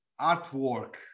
artwork